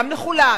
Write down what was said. גם לכולם: